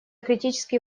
критически